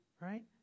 right